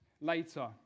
later